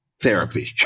therapy